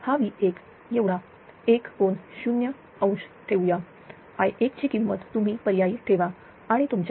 हा V1 एवढा 1∠0° ठेवूया I1 ची किंमत तुम्ही पर्यायी ठेवा आणि तुमच्या